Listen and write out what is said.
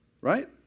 Right